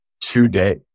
today